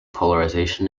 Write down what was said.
polarization